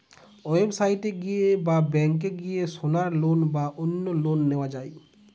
website এ গিয়ে বা ব্যাংকে গিয়ে সোনার লোন বা অন্য লোন নেওয়া যায়